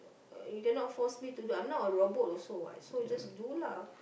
you cannot force me to do I'm not a robot also what so just do lah